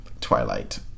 Twilight